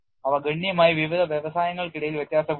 അവ ഗണ്യമായി വിവിധ വ്യവസായങ്ങൾക്കിടയിൽ വ്യത്യാസപ്പെടുന്നു